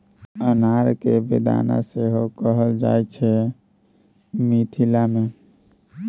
अनार केँ बेदाना सेहो कहल जाइ छै मिथिला मे